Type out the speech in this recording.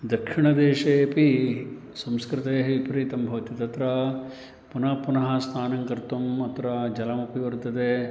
दक्षिणदेशेपि संस्कृतेः विपरीतं भवति तत्र पुनः पुनः स्नानं कर्तुम् अत्र जलमपि वर्तते